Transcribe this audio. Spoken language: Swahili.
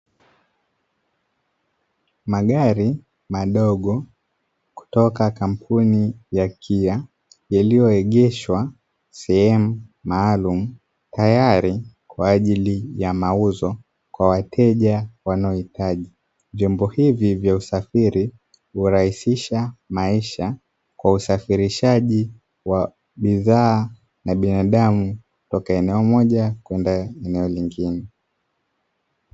Magari madogo kutoka kampuni ya "KIA" yaliyoegeshwa sehemu maalumu, tayari kwa ajili ya mauzo kwa wateja wanaohitaji. Vyombo hivi vya usafiri hurahisisha maisha kwa usafirishaji wa bidhaa na binadamu, kutoka eneo moja kwenda lingine.